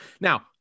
Now